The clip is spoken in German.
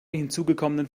hinzugekommenen